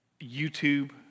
YouTube